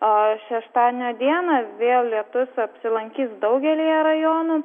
a šeštadienio dieną vėl lietus apsilankys daugelyje rajonų